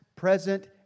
present